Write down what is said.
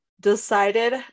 decided